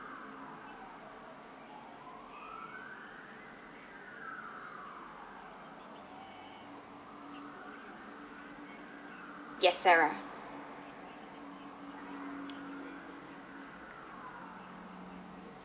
yes sarah